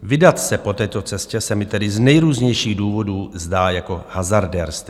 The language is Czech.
Vydat se po této cestě se mi tedy z nejrůznějších důvodů zdá jako hazardérství.